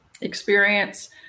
Experience